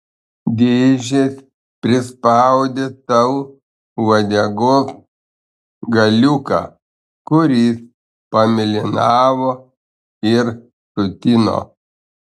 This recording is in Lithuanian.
dėžės prispaudė tau uodegos galiuką kuris pamėlynavo ir sutino